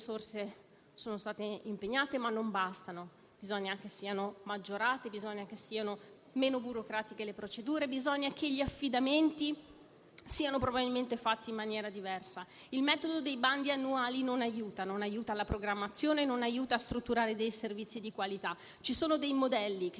siano fatti in maniera diversa. Il metodo dei bandi annuali non aiuta la programmazione, non aiuta a strutturare servizi di qualità. Ci sono dei modelli, che ho visto nel mio territorio, di coprogettazione e di accreditamento dei centri che durano anche cinque anni, dando la possibilità di svolgere un percorso di sviluppo